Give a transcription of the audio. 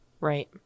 Right